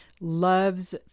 loves